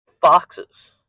Foxes